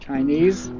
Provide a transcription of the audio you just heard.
Chinese